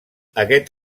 aquest